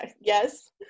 Yes